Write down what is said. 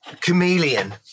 chameleon